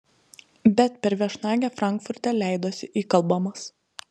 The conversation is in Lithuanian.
bet per viešnagę frankfurte leidosi įkalbamas